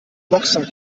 boxsack